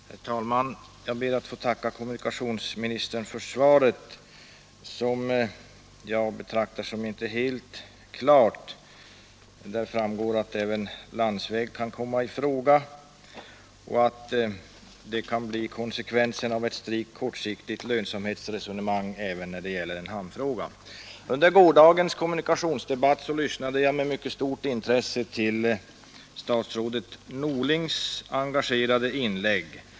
Herr talman! Jag ber att få tacka kommunikationsministern för svaret. Jag betraktar det inte som helt klart. Där framgår att konsekvensen av ett strikt kortsiktigt lönsamhetsresonemang kan bli att landsvägstransporter utnyttjas även när det gäller en hamnfråga. Under gårdagens kommunikationsdebatt lyssnade jag med mycket stort intresse till statsrådet Norlings engagerade inlägg.